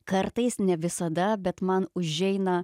kartais ne visada bet man užeina